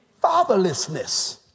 fatherlessness